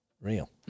Real